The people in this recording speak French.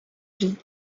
vies